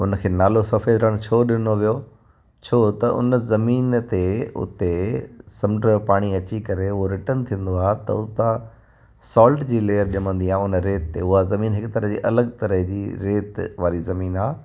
हुनखे नालो सफ़ेद रण छो ॾिनो वियो छो त हुन ज़मीन ते उते समंड जो पाणी अची करे उहो रिटर्न थींदो आहे त उतां सॉल्ट जी लेयर ॼमंदी आहे हुन रेत ते उहा ज़मीन हिकु तरह जी लॻ तरह जी रेत वारी ज़मीन आहे